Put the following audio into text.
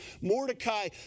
Mordecai